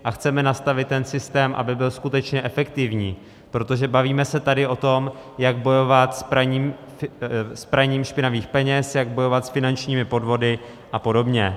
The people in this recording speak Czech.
A chceme nastavit ten systém, aby byl skutečně efektivní, protože bavíme se tady o tom, jak bojovat s praním špinavých peněz, jak bojovat s finančními podvody apod.